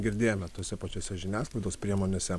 girdėjome tose pačiose žiniasklaidos priemonėse